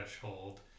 threshold